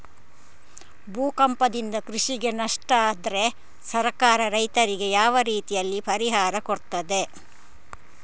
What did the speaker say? ಭೂಕಂಪದಿಂದ ಕೃಷಿಗೆ ನಷ್ಟ ಆದ್ರೆ ಸರ್ಕಾರ ರೈತರಿಗೆ ಯಾವ ರೀತಿಯಲ್ಲಿ ಪರಿಹಾರ ಕೊಡ್ತದೆ?